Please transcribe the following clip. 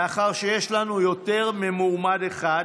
מאחר שיש לנו יותר ממועמד אחד,